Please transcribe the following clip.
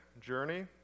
journey